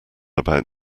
about